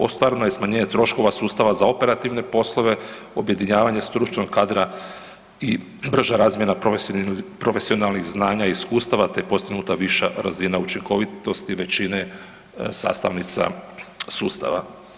Ostvareno je smanjenje troškova sustava za operativne poslove, objedinjavanje stručnog kadra i brža razmjena profesionalnih znanja i iskustava, te je postignuta viša razina učinkovitosti većine sastavnica sustava.